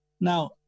now